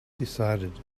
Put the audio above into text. decided